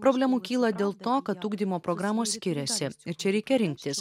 problemų kyla dėl to kad ugdymo programos skiriasi ir čia reikia rinktis